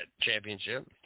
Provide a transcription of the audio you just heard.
championship